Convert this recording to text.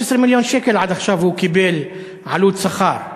16 מיליון שקל עד עכשיו הוא קיבל עלות שכר.